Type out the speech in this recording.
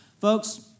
Folks